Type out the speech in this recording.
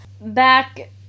Back